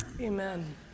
Amen